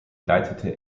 leitete